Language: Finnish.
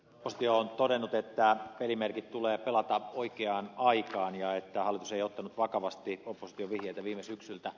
oppositio on todennut että pelimerkit tulee pelata oikeaan aikaan ja että hallitus ei ottanut vakavasti opposition vihjeitä viime syksyltä